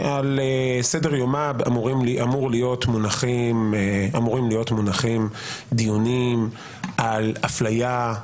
שעל סדר יומה אמורים להיות מונחים דיונים על אפליה,